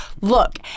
Look